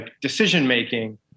decision-making